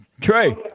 Trey